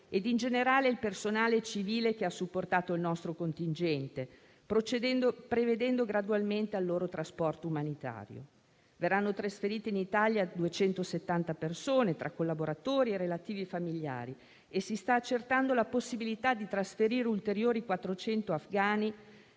e, in generale, il personale civile che ha supportato il nostro contingente, provvedendo gradualmente al loro trasporto umanitario. Verranno trasferite in Italia 270 persone, tra collaboratori e relativi familiari, e si sta accertando la possibilità di trasferire ulteriori 400 afghani